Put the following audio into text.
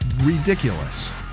ridiculous